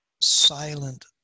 silent